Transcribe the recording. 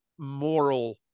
moral